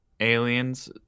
Aliens